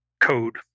code